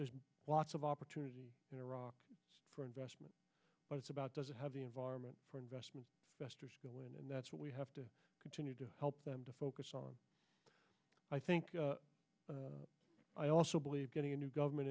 there's lots of opportunity in iraq for investment but it's about does it have the environment for investment and that's what we have to continue to help them to focus on i think i also believe getting a new government